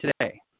today